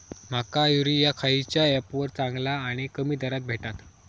माका युरिया खयच्या ऍपवर चांगला आणि कमी दरात भेटात?